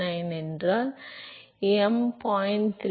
989 என்றால் m 0